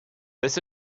this